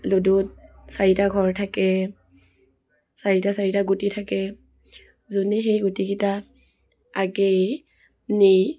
লুডুত চাৰিটা ঘৰ থাকে চাৰিটা চাৰিটা গুটি থাকে যোনে সেই গুটিকেইটা আগেয়ে নি